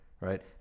Right